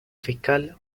fiscal